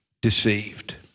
deceived